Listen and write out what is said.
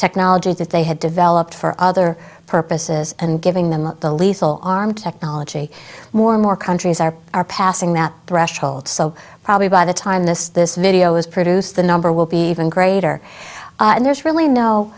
technology that they had developed for other purposes and giving them the lethal arm technology more and more countries are are passing that threshold so probably by the time this this video is produced the number will be even greater and there's really no